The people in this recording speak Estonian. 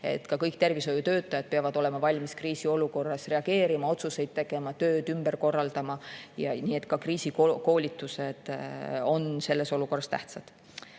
peavad kõik tervishoiutöötajad olema valmis kriisiolukorras reageerima, otsuseid tegema, tööd ümber korraldama. Nii et ka kriisikoolitused on selles olukorras tähtsad.